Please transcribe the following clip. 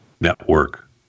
Network